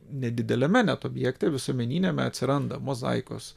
nedideliame net objekte visuomeniniame atsiranda mozaikos